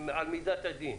על מידת הדין.